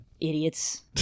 Idiots